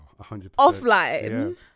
offline